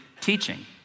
teaching